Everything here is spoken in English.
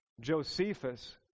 Josephus